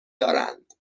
دارند